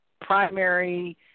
primary